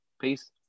Peace